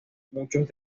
muchos